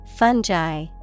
fungi